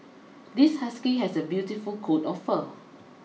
this husky has a beautiful coat of fur